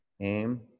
aim